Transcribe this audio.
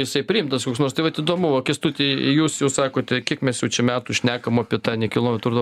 jisai priimtas koks nors tai vat įdomu o kęstuti jūs jūs sakote kiek mes jau čia metų šnekam apie tą nekilnojamo turto